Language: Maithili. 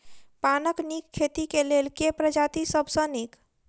पानक नीक खेती केँ लेल केँ प्रजाति सब सऽ नीक?